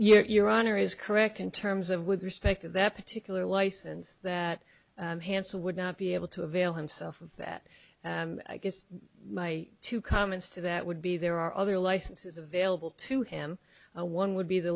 you're honor is correct in terms of with respect to that particular license that hanssen would not be able to avail himself of that i guess my two comments to that would be there are other licenses available to him one would be the